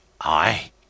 I